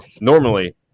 normally